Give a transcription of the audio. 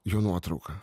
jo nuotrauka